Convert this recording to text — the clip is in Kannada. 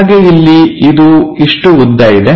ನಮಗೆ ಇಲ್ಲಿ ಇದು ಇಷ್ಟು ಉದ್ದ ಇದೆ